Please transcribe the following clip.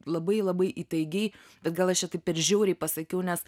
labai labai įtaigiai bet gal aš čia taip ir žiauriai pasakiau nes